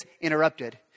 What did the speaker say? interrupted